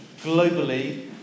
globally